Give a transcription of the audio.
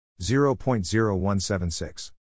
0.0176